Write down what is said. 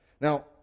Now